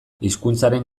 hizkuntzaren